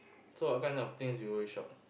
so what kind of things you will shop